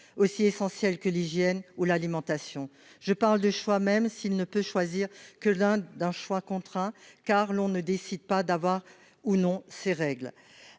aussi essentiels que l'hygiène ou l'alimentation, je parle de choix, même s'il ne peut choisir que l'un d'un choix contraint car l'on ne décide pas d'avoir ou non, ces règles